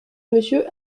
monsieur